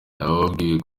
nabwiwe